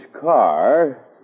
car